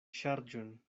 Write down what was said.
ŝarĝon